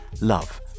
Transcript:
Love